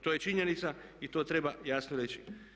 To je činjenica i to treba jasno reći.